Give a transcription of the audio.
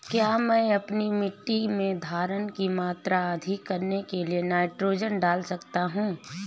क्या मैं अपनी मिट्टी में धारण की मात्रा अधिक करने के लिए नाइट्रोजन डाल सकता हूँ?